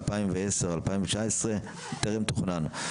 2019-2010 טרם תוכנן.